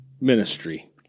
Ministry